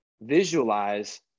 visualize